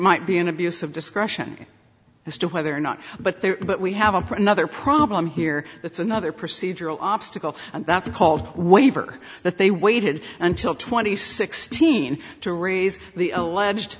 might be an abuse of discretion as to whether or not but there but we haven't for another problem here it's another procedural obstacle that's called waiver that they waited until twenty sixteen to raise the alleged